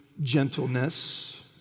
gentleness